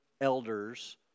elders